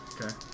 Okay